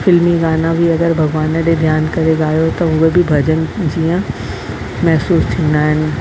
फिल्मी गाना बि अगरि भॻवान ॾिए ध्यानु करे ॻायो त उहे बि भजन जीअं महिसूसु थींदा आहिनि